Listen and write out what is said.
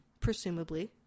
presumably